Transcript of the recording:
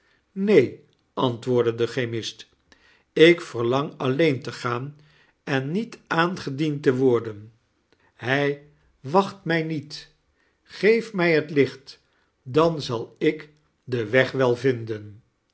neen antwoordde de chemist ik verlang alleen te gaan en niet aangediend te worden hij wacht mij niet geef mij het licht dan zal ik den weg wel vinden